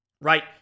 right